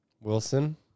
Wilson